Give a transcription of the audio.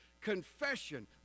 Confession